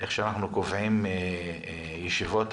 איך שאנחנו קובעים ישיבות היום,